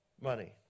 money